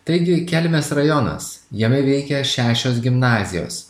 taigi kelmės rajonas jame veikia šešios gimnazijos